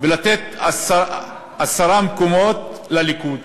ולתת עשרה מקומות לליכוד,